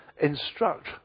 instruct